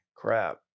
crap